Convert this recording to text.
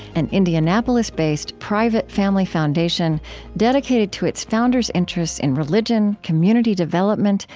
an indianapolis-based, private family foundation dedicated to its founders' interests in religion, community development,